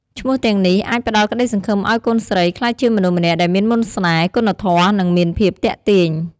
ឈ្មោះទាំងនេះអាចផ្តល់ក្តីសង្ឃឹមឱ្យកូនស្រីក្លាយជាមនុស្សម្នាក់ដែលមានមន្តស្នេហ៍ គុណធម៌ និងមានភាពទាក់ទាញ។